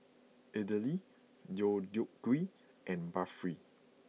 Idili Deodeok Gui and Barfi